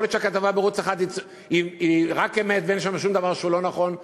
יכול להיות שהכתבה בערוץ 1 היא רק אמת ואין שם שום דבר שהוא לא נכון.